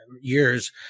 years